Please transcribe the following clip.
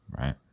Right